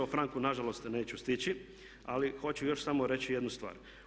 O franku na žalost neću stići, ali hoću još samo reći jednu stvar.